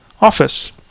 office